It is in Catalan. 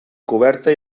coberta